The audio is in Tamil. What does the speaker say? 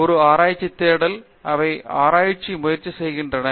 ஒரு ஆராய்ச்சி தேடல் அவை ஆராய்வதற்கு முயற்சி செய்கின்றன